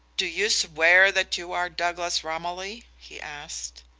do you swear that you are douglas romilly? he asked.